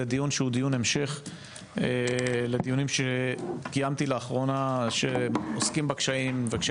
זה דיון המשך לדיונים שקיימתי לאחרונה שעוסקים בקשיים,